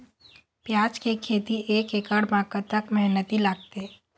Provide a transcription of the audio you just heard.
प्याज के खेती एक एकड़ म कतक मेहनती लागथे?